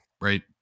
right